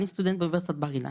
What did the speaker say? אני סטודנט באוניברסיטת בר אילן.